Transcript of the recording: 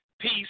Peace